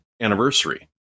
anniversary